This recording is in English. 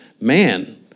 man